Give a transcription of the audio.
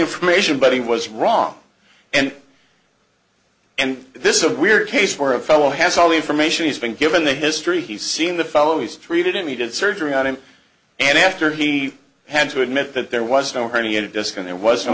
information but he was wrong and and this is a weird case where a fellow has all the information he's been given the history he's seen the fellow is treated and he did surgery on him and after he had to admit that there was no herniated disc and there was no